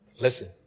Listen